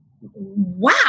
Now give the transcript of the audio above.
Wow